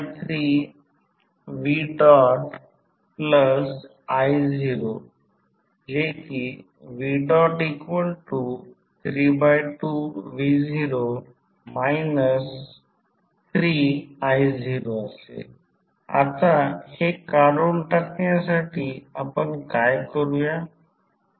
v0213vi0v32v0 3i0 आता हे काढुन टाकण्यासाठी आपण काय करूया